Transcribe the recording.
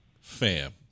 Fam